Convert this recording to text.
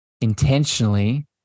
intentionally